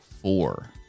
four